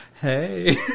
Hey